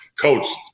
coach